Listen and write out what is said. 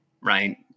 right